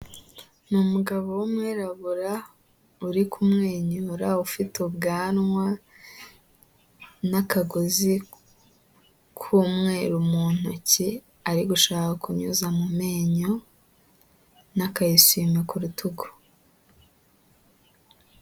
Ni umugabo w'umwirabura uri kumwenyura, ufite ubwanwa n'akagozi k'umweru mu ntoki ari gushaka kunyuza mu menyo, n'agasume ku rutugu.